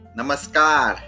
namaskar